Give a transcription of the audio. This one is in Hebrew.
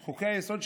חוקי-היסוד,